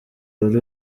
wari